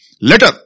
letter